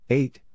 eight